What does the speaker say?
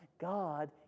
God